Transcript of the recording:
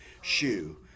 shoe